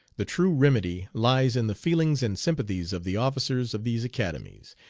the true remedy lies in the feelings and sympathies of the officers of these academies,